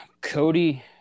Cody